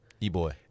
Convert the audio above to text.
e-boy